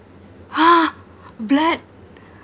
!huh! blood